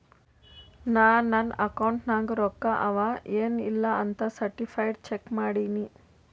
ನಾ ನನ್ ಅಕೌಂಟ್ ನಾಗ್ ರೊಕ್ಕಾ ಅವಾ ಎನ್ ಇಲ್ಲ ಅಂತ ಸರ್ಟಿಫೈಡ್ ಚೆಕ್ ಮಾಡಿನಿ